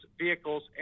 vehicles